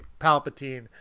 Palpatine